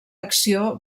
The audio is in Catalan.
acció